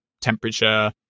temperature